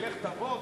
תלך, תבוא.